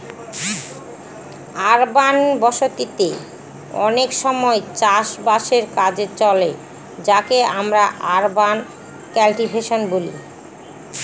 urban বসতি তে অনেক সময় চাষ বাসের কাজে চলে যাকে আমরা আরবান কাল্টিভেশন বলি